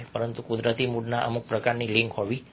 પરંતુ કુદરતી મૂળના અમુક પ્રકારની લિંક હોવી આવશ્યક છે